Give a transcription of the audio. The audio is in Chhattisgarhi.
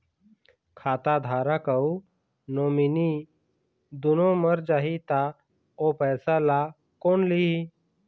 खाता धारक अऊ नोमिनि दुनों मर जाही ता ओ पैसा ला कोन लिही?